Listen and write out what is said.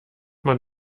man